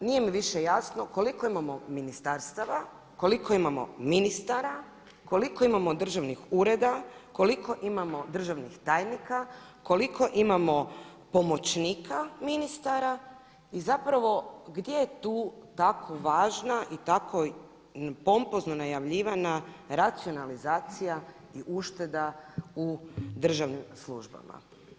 I na kraju nije mi više jasno koliko imamo ministarstava, koliko imamo ministara, koliko imamo državnih ureda, koliko imamo državnih tajnika, koliko imamo pomoćnika ministara i zapravo gdje je tu tako važna i tako pompozno najavljivana racionalizacija i ušteda u državnim službama.